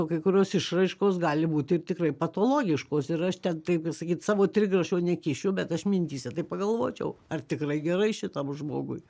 kai kurios išraiškos gali būti ir tikrai patologiškos ir aš ten taip pasakyt savo trigrašio nekišiu bet aš mintyse tai pagalvočiau ar tikrai gerai šitam žmogui